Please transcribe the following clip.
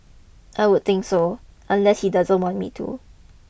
I would think so unless he doesn't want me to